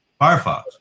Firefox